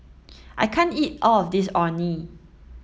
I can't eat all of this Orh Nee